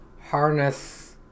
harness